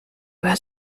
bat